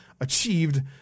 achieved